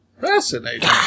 Fascinating